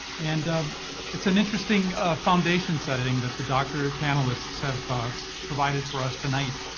and it's an interesting foundation setting that the doctor panelists have provided for us tonight.